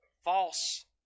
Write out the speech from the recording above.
false